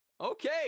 Okay